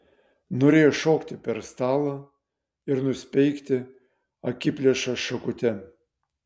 norėjo šokti per stalą ir nusmeigti akiplėšą šakute